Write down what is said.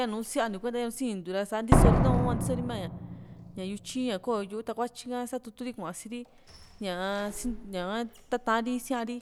yanu siantiu kuenta sinintiu ra santiso ri nahua hua ntisori mia´ña yutyi ña koyo yu´u takuatyi ka satutu ri kuaasi ri ñaa ña´ka ntatari isiari